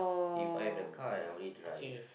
if I have the car I only drive